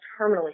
terminally